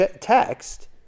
text